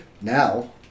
Now